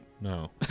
No